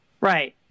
Right